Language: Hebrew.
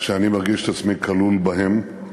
שאני מרגיש את עצמי כלול בהם,